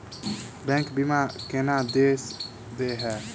Bank बीमा केना देय है?